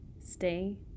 Stay